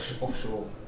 Offshore